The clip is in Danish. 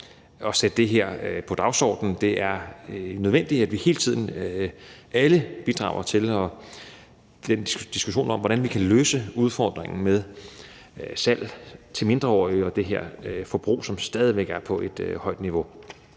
at sætte det her på dagsordenen. Det er nødvendigt, at vi alle hele tiden bidrager til den diskussion om, hvordan vi kan løse udfordringen med salg til mindreårige og det her forbrug, som stadig væk er på et højt niveau